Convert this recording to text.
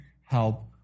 help